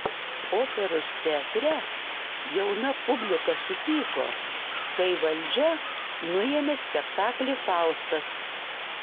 operos teatre jauna publika supyko kai valdžia nuėmė spektaklį faustas